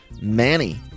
manny